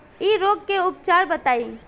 इ रोग के उपचार बताई?